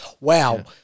wow